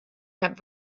kept